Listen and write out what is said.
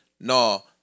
no